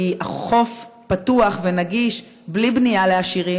כי חוף פתוח ונגיש בלי בנייה לעשירים,